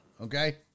okay